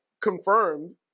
confirmed